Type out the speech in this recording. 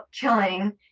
killing